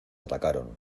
atacaron